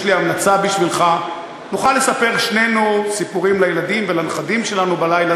יש לי המלצה בשבילך: נוכל לספר שנינו סיפורים לילדים ולנכדים בלילה,